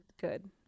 good